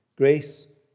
Grace